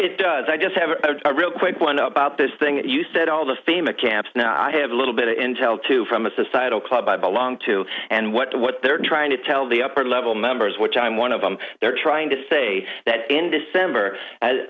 it does i just have a real quick one about this thing that you said all the same a caps now i have a little bit intel too from a societal club i belong to and what they're trying to tell the upper level members which i'm one of them they're trying to say that in december and